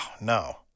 no